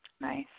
Nice